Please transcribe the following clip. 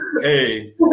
Hey